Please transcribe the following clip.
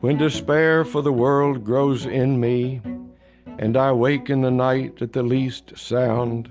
when despair for the world grows in me and i wake in the night at the least sound